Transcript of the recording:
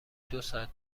دوساعت